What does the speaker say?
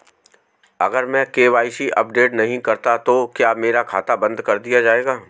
अगर मैं KYC update नहीं करता तो क्या मेरा खाता बंद कर दिया जाएगा?